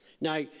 Now